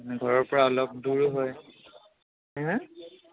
ঘৰৰ পৰা অলপ দূৰো হয় হা